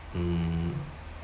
mm